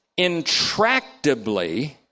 intractably